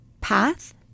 path